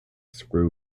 screw